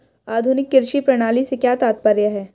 आधुनिक कृषि प्रणाली से क्या तात्पर्य है?